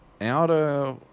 outer